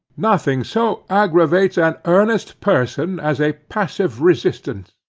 nothing so aggravates an earnest person as a passive resistance.